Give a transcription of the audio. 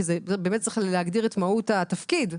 באמת צריך להגדיר את מהות התפקיד,